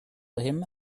him